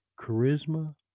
charisma